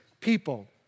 people